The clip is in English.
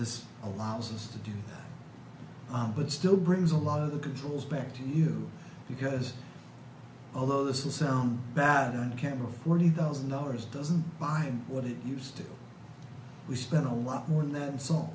this allows us to do but still brings a lot of the controls back to you because although this is sound bad on camera forty thousand dollars doesn't buy what it used to we spent a lot more than that and so